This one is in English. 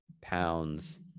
pounds